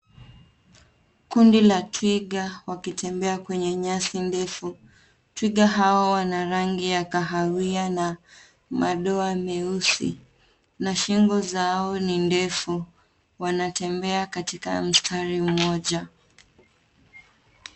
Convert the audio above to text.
Kundi la twiga wakitembea kwenye nyasi ndefu. Twiga hawa wana rangi ya kahawia na madoa meusi na shingo zao ni ndefu. Wanatembea katika mustari mmoja.